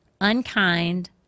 unkind